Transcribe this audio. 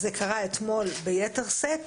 זה קרה אתמול ביתר שאת,